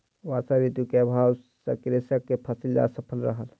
वर्षा ऋतू के अभाव सॅ कृषक के फसिल असफल रहल